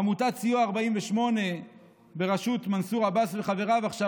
עמותת סיוע 48 בראשות מנסור עבאס וחבריו עכשיו